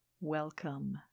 Welcome